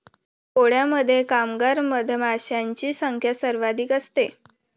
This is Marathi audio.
पोळ्यामध्ये कामगार मधमाशांची संख्या सर्वाधिक असते